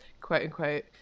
quote-unquote